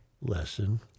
lesson